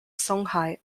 songhai